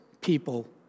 people